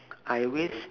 I waste